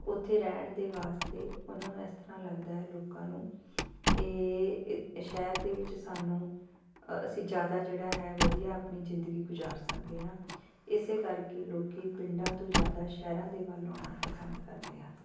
ਉੱਥੇ ਰਹਿਣ ਦੇ ਵਾਸਤੇ ਉਨ੍ਹਾਂ ਨੂੰ ਇਸ ਤਰ੍ਹਾਂ ਲੱਗਦਾ ਲੋਕਾਂ ਨੂੰ ਕਿ ਇ ਸ਼ਹਿਰ ਦੇ ਵਿੱਚ ਸਾਨੂੰ ਅਸੀਂ ਜ਼ਿਆਦਾ ਜਿਹੜਾ ਹੈ ਵਧੀਆ ਆਪਣੀ ਜ਼ਿੰਦਗੀ ਗੁਜ਼ਾਰ ਸਕਦੇ ਹਾਂ ਇਸੇ ਕਰਕੇ ਲੋਕੀ ਪਿੰਡਾਂ ਤੋਂ ਜ਼ਿਆਦਾ ਸ਼ਹਿਰਾਂ ਦੇ ਵੱਲ ਆਉਣਾ ਪਸੰਦ ਕਰਦੇ ਹਨ